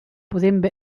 podem